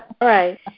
right